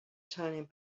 turning